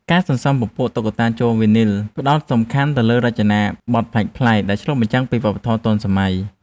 ការសន្សំពពួក តុក្កតាជ័រវីនីល ផ្ដោតសំខាន់ទៅលើរចនាបថប្លែកៗដែលឆ្លុះបញ្ចាំងពីវប្បធម៌សម័យថ្មី។